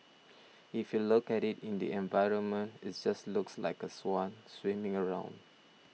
if you look at it in the environment it just looks like a swan swimming around